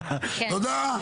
תודה.